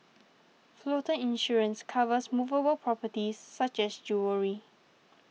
floater insurance covers movable properties such as jewellery